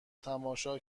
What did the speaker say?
تماشا